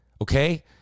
okay